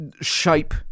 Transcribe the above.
shape